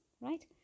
right